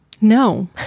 No